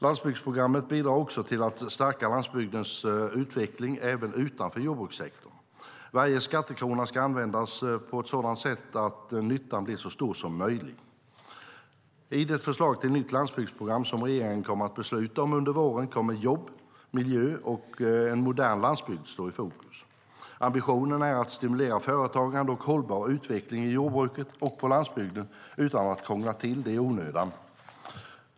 Landsbygdsprogrammet bidrar också till att stärka landsbygdens utveckling även utanför jordbrukssektorn. Varje skattekrona ska användas på ett sådant sätt att nyttan blir så stor som möjligt. I det förslag till nytt landsbygdsprogram som regeringen kommer att besluta om under våren kommer jobb, miljö och en modern landsbygd att stå i fokus. Ambitionen är att stimulera företagande och hållbar utveckling i jordbruket och på landsbygden utan att krångla till det i onödan.